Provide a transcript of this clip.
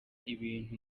ibintu